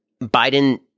Biden